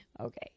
Okay